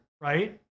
right